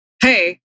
Hey